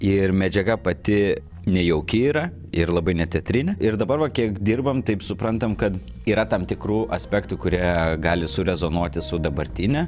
ir medžiaga pati nejauki yra ir labai neteatrinė ir dabar va kiek dirbam taip suprantam kad yra tam tikrų aspektų kurie gali surezonuoti su dabartine